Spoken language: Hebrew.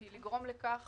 אני מקווה ללחוץ